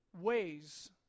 ways